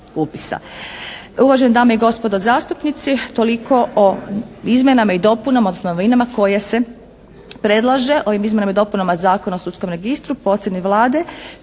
Uvažene dame i gospodo zastupnici toliko o izmjenama i dopunama, odnosno novinama koje se predlaže ovim izmjenama i dopunama Zakona o sudskom registru. Po ocjeni Vlade